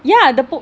ya the po~